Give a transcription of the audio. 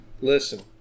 listen